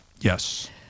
Yes